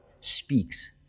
speaks